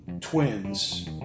twins